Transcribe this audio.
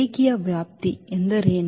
ರೇಖೀಯ ವ್ಯಾಪ್ತಿ ಏನು